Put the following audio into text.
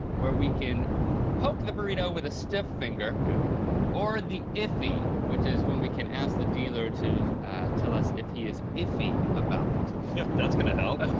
where we can poke the burrito with a stiff finger or the iffy which is when we can ask the dealer to tell us if he is iffy about it. yeah, that's gonna help.